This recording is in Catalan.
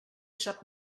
sap